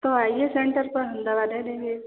तो आइए सेंटर पर हम दवा दे देंगे